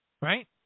right